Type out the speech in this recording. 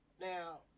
Now